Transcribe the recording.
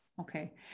Okay